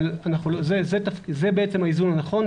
אבל זה בעצם האיזון הנכון.